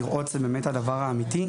לראות זה באמת הדבר האמיתי.